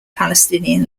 palestinian